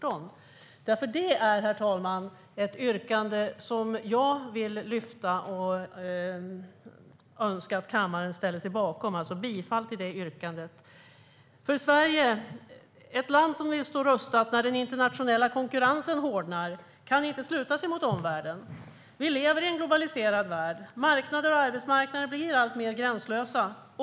Det är nämligen ett yrkande som jag vill lyfta fram och som jag önskar att kammaren ställer sig bakom. Jag yrkar alltså bifall till Johanna Jönssons yrkande. Ett land som står rustat när den internationella konkurrensen hårdnar kan inte sluta sig mot omvärlden. Vi lever i en globaliserad värld. Marknader och arbetsmarknader blir alltmer gränslösa.